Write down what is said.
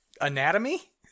anatomy